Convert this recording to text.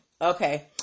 okay